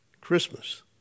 Christmas